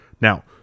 Now